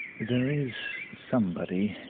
there is somebody,